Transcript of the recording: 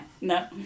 no